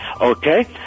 Okay